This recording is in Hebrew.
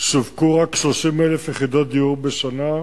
שווקו רק 30,000 יחידות דיור בשנה,